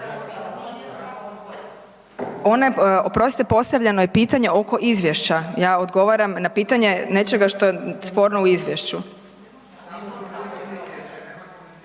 oprostite, postavljeno je pitanje oko izvješća, ja odgovaram na pitanje nečega što je sporno u izvješću.